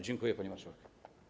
Dziękuję, pani marszałek.